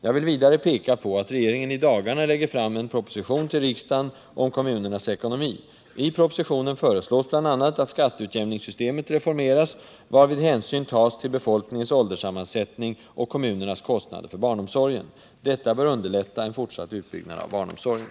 Jag vill vidare peka på att regeringen i dagarna lägger fram en proposition till riksdagen om kommunernas ekonomi. I propositionen föreslås bl.a. att skatteutjämningssystemet reformeras, varvid hänsyn tas till befolkningens ålderssammansättning och kommunernas kostnader för barnomsorgen. Detta bör underlätta en fortsatt utbyggnad av barnomsorgen.